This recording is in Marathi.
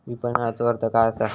विपणनचो अर्थ काय असा?